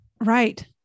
Right